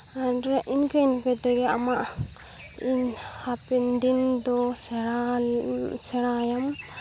ᱟᱨ ᱤᱱᱠᱟᱹ ᱤᱱᱠᱟᱹ ᱛᱮᱜᱮ ᱟᱢᱟᱜ ᱤᱧᱦᱟᱯᱮᱱ ᱫᱤᱱ ᱫᱚ ᱡᱟᱦᱟᱸ ᱥᱮᱬᱟ ᱟᱭᱟᱢ